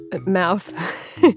mouth